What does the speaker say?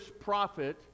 prophet